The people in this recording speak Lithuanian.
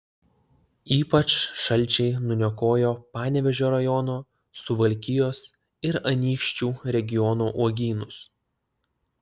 ypač šalčiai nuniokojo panevėžio rajono suvalkijos ir anykščių regiono uogynus